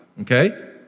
okay